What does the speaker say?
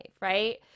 right